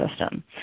system